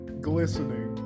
glistening